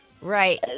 Right